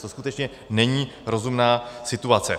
To skutečně není rozumná situace.